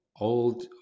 old